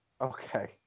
Okay